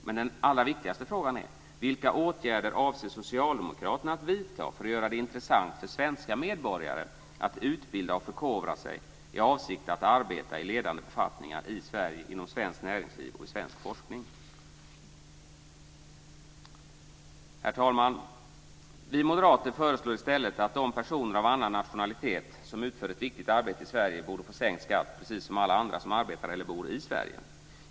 Men den allra viktigaste frågan är: Vilka åtgärder avser socialdemokraterna att vidta för att göra det intressant för svenska medborgare att utbilda och förkovra sig i avsikt att arbeta i ledande befattningar i Sverige inom svenskt näringsliv och i svensk forskning? Herr talman! Vi moderater föreslår i stället att de personer av annan nationalitet som utför ett viktigt arbete i Sverige borde få sänkt skatt precis som alla andra som arbetar eller bor i Sverige.